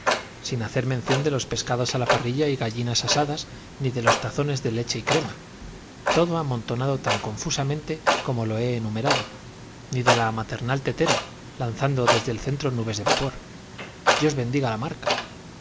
sin hacer mención de los pescados a la parrilla y gallinas asadas ni de los tazones de leche y crema todo amontonado tan confusamente como lo he enumerado ni de la maternal tetera lanzando desde el centro nubes de vapor dios bendiga la marca